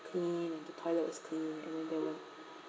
clean and the toilet was clean and then there were